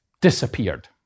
disappeared